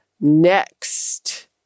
next